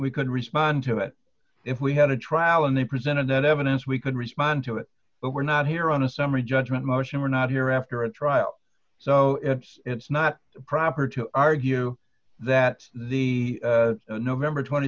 we could respond to it if we had a trial and they presented evidence we could respond to it but we're not here on a summary judgment motion we're not here after a trial so it's not proper to argue that the november twenty